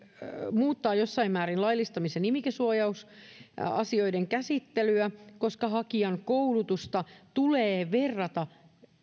muuttaa jossain määrin laillistamis ja nimikesuojausasioiden käsittelyä koska hakijan koulutusta tulee verrata